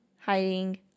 hiding